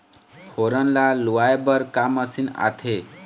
फोरन ला लुआय बर का मशीन आथे?